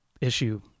issue